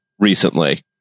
recently